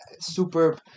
superb